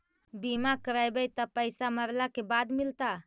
बिमा करैबैय त पैसा मरला के बाद मिलता?